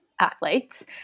athletes